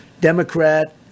Democrat